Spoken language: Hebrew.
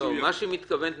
מה שהיא מתכוונת,